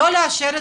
לא לאשר.